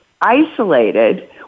isolated